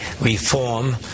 reform